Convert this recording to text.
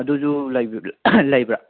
ꯑꯗꯨꯁꯨ ꯂꯩꯕ꯭ꯔꯥ